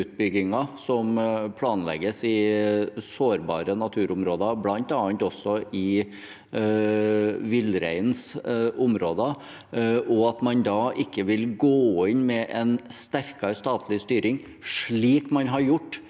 som planlegges i sårbare naturområder, bl.a. også i villreinens områder. Likevel vil man ikke gå inn med en sterkere statlig styring, slik man har gjort